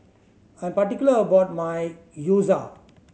I'm particular about my Gyoza